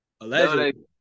Allegedly